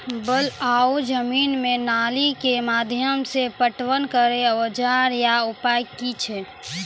बलूआही जमीन मे नाली के माध्यम से पटवन करै औजार या उपाय की छै?